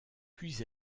puis